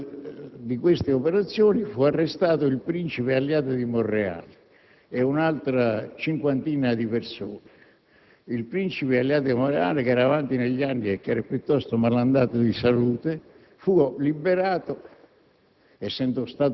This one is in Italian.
Nell'ambito di queste operazioni furono arrestati il principe Alliata di Monreale e un'altra cinquantina di persone. Il principe Alliata di Monreale, che era avanti negli anni e piuttosto malandato di salute, fu liberato,